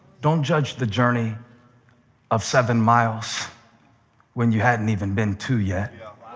don't judge the journey of seven miles when you haven't even been two yet.